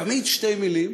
תמיד שתי מילים,